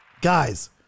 Guys